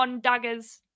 daggers